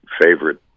favorite